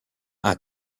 alla